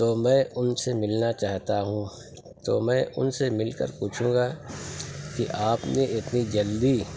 تو میں ان سے ملنا چاہتا ہوں تو میں ان سے مل کر پوچھوں گا کہ آپ نے اتنی جلدی